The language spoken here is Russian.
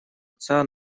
отца